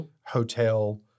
hotel